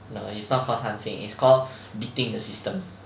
no it's not called 贪心 it's call beating the system